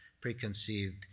preconceived